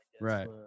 Right